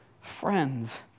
friends